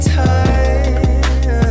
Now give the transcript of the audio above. time